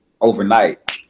overnight